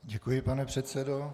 Děkuji, pane předsedo.